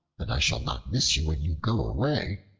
and i shall not miss you when you go away.